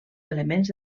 elements